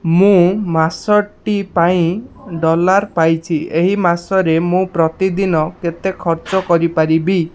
ମୁଁ ମାସଟି ପାଇଁ ଡଲାର ପାଇଛି ଏହି ମାସରେ ମୁଁ ପ୍ରତିଦିନ କେତେ ଖର୍ଚ୍ଚ କରିପାରିବି